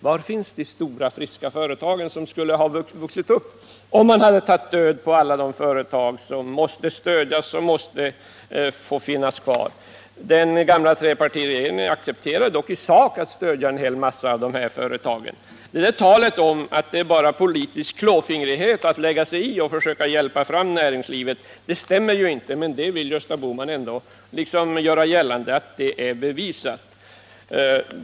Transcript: Var finns de stora friska företagen som skulle ha vuxit upp, om man hade tagit död på alla de företag som måste stödjas och som måste få finnas kvar? Den gamla trepartiregeringen accepterade dock i sak att stödja en hel mängd av dessa företag. Talet om att det bara är politisk klåfingrighet att lägga sig i och försöka hjälpa fram näringslivet stämmer ju inte, men Gösta Bohman vill ändå göra gällande att det är bevisat.